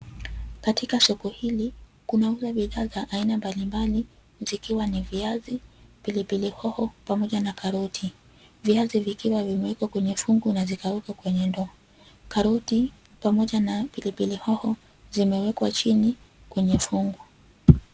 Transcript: Katika soko hili, kunauzwa bidhaa za aina mbalimbali zikiwa ni viazi, pilipili hoho pamoja na karoti. Viazi vikiwa vimewekwa kwenye fungu na zikawekwa kwenye ndoo. Karoti pamoja na pilipili hoho zimewekwa chini kwenye fungu.